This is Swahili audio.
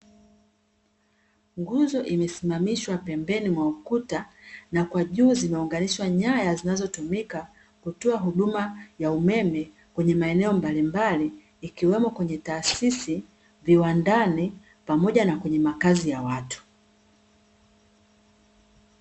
nguzo imesimamishwa pembeni ymwa ukuta na kwa juu zimeunganishwa nyaya zinazotumika kutoa huduma ya umeme kwenye maeneo mbalimbali ikiwemo kwenye taasisi, viwandani pamoja na kwenye makazi ya watu .